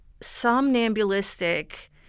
somnambulistic